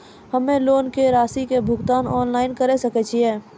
हम्मे लोन के रासि के भुगतान ऑनलाइन करे सकय छियै?